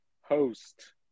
host